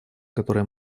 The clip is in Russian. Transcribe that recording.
которое